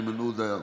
חיים ביטון,